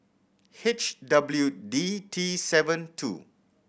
H W D T seven two